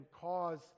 cause